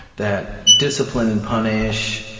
that discipline and punish,